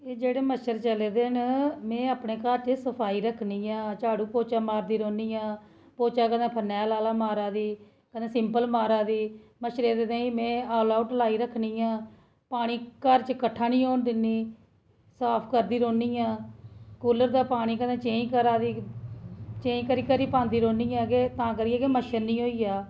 एह् जेह्ड़े मच्छर चले दे न में अपने घर च सफाई रक्खनियां झाड़ू पोच्चा मार दी रौह्नियां पोच्चा ते में फरनैल आह्ला मार दी कदें सिम्पल मारा दी मच्छरें ताईं में आलआऊट लाई रक्खनियां पानी घर च कट्ठा नीं होन दिनी साफ करदी रौह्नियां कूलर दा पानी कदें चेंज करादी चेंज करी करी पांदी रौह्नियां तां करियै कि मछर नीं होइया